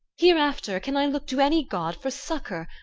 hereafter can i look to any god for succor,